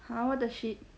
!huh! what the shit